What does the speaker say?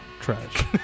Trash